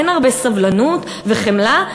אין הרבה סבלנות וחמלה,